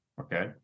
Okay